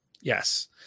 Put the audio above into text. yes